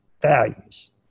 values